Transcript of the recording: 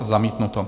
Zamítnuto.